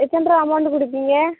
எத்தனை ருபா அமௌண்டு கொடுப்பிங்க